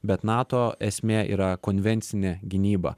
bet nato esmė yra konvencinė gynyba